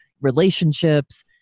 relationships